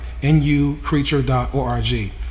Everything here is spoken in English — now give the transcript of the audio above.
nucreature.org